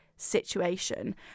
situation